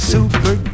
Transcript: Super